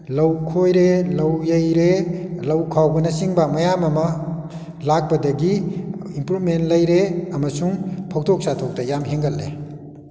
ꯂꯧ ꯈꯣꯏꯔꯦ ꯂꯧ ꯌꯩꯔꯦ ꯂꯧ ꯈꯥꯎꯕꯅ ꯆꯤꯡꯕ ꯃꯌꯥꯝ ꯑꯃ ꯂꯥꯛꯄꯗꯒꯤ ꯏꯝꯄ꯭ꯔꯨꯚꯃꯦꯟ ꯂꯩꯔꯦ ꯑꯃꯁꯨꯡ ꯐꯧꯊꯣꯛ ꯆꯥꯊꯣꯛꯇ ꯌꯥꯝ ꯍꯦꯟꯒꯠꯂꯦ